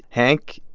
hank,